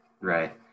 right